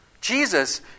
Jesus